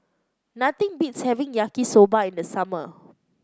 nothing beats having Yaki Soba in the summer